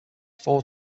four